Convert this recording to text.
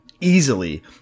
easily